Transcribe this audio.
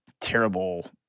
terrible